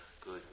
good